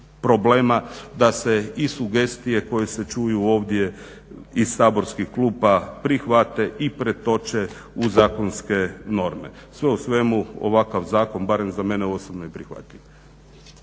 da se i sugestije koje se čuju ovdje iz saborskih klupa prihvate i pretoče u zakonske norme. Sve u svemu ovakav zakon barem za mene osobno je prihvatljiv.